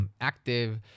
active